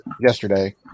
yesterday